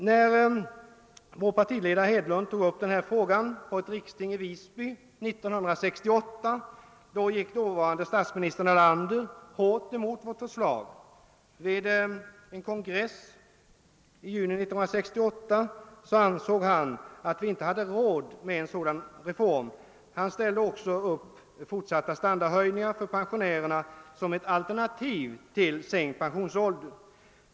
När vår partiledare herr Hedlund berörde denna sak på ett riksting i Visby 1968 gick dåvarande statsminister Erlander emot förslaget. Vid en kongress i juni 1968 ansåg han att vi inte hade råd med en sådan reform. Han ställde också upp fortsatta standardhöjningar för pensionärerna som ett alternativ till sänkt pensionsålder.